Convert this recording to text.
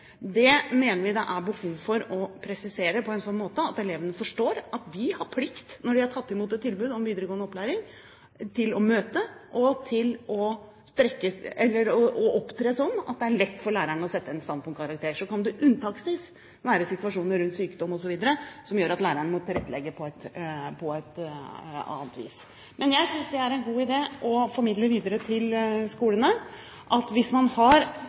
Det mener vi det er behov for å presisere på en slik måte at elevene forstår at de har plikt – når de har tatt i mot et tilbud om videregående opplæring – til å møte og opptre slik at det er lett for læreren å sette en standpunktkarakter. Så kan det unntaksvis være situasjoner rundt sykdom osv., som gjør at læreren må tilrettelegge på et annet vis. Men jeg synes det er en god idé å formidle videre til skolene at hvis man har